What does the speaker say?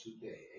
today